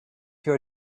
your